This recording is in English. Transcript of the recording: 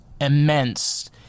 immense